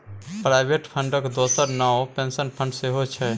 provident फंडक दोसर नाओ पेंशन फंड सेहौ छै